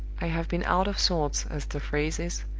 i have been out of sorts, as the phrase is,